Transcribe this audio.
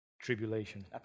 Tribulation